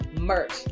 merch